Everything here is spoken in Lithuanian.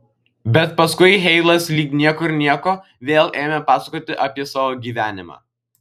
bet paskui heilas lyg niekur nieko vėl ėmė pasakoti apie savo gyvenimą